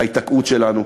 ההיתקעות שלנו,